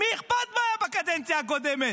למי אכפת מה היה בקדנציה הקודמת?